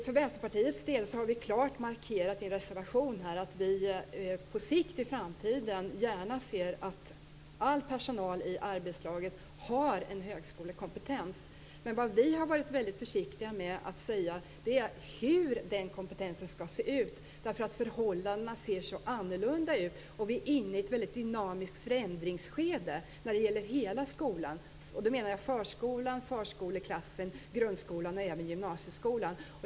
Vi i Vänsterpartiet har i en reservation klart markerat att vi på sikt gärna ser att all personal i arbetslaget har en högskolekompetens. Men vad vi har varit väldigt försiktiga med att säga är hur den kompetensen skall se ut, därför att förhållandena ser så annorlunda ut och vi är inne i ett väldigt dynamiskt förändringsskede när det gäller hela skolan. Då menar jag förskolan, förskoleklassen, grundskolan och även gymnasieskolan.